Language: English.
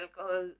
alcohol